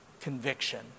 conviction